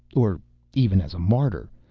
or even as a martyr.